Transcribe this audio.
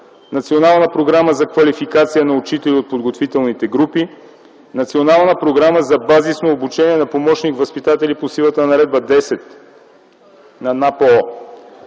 Национална програма за квалификация на учители от подготвителните групи; Национална програма за базисно обучение на помощник-възпитатели по силата на Наредба № 10 на НАПОО.